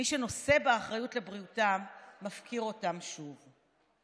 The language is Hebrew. מי שנושא באחריות לבריאותם מפקיר אותם שוב.